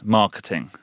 marketing